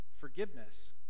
forgiveness